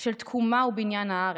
של תקומה ובניין הארץ,